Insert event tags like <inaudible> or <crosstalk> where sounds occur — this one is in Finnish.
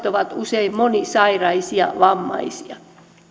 <unintelligible> ovat usein monisairaisia vammaisia